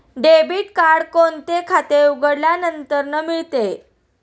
Debit card कोणते खाते उघडल्यानंतर मिळते?